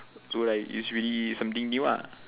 so like it's really something new ah